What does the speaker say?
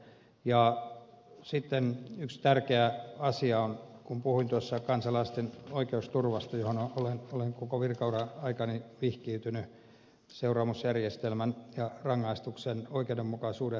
ja sitten yksi tärkeä asia kun puhuin tuossa kansalaisten oikeusturvasta johon olen koko virkaurani ajan vihkiytynyt seuraamusjärjestelmän ja rangaistuksen oikeudenmukaisuuden lisäksi